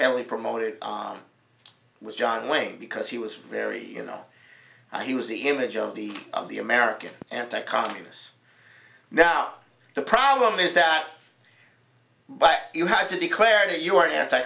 heavily promoted was john wayne because he was very you know he was the image of the of the american anti communists now the problem is that but you had to declare your enti